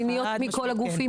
ממש לא בטוח.